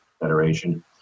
Federation